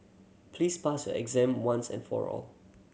please pass your exam once and for all